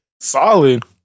Solid